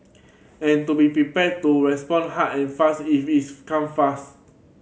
and to be prepared to respond hard and fast if it come fast